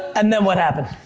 and then what happened?